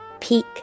peak